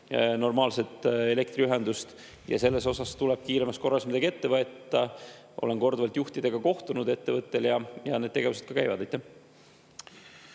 normaalset elektriühendust. Selles osas tuleb kiiremas korras midagi ette võtta. Olen korduvalt ettevõtte juhtidega kohtunud ja need tegevused ka käivad.